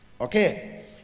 Okay